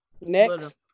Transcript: Next